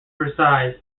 versailles